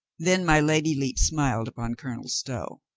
then my lady lepe smiled upon colonel stow.